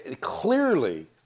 clearly